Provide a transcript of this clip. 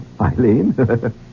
Eileen